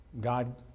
God